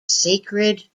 sacred